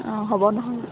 অঁ হ'ব নহয়